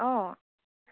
অঁ